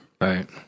Right